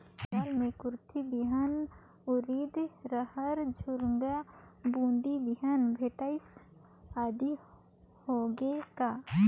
दाल मे कुरथी बिहान, उरीद, रहर, झुनगा, बोदी बिहान भटेस आदि होगे का?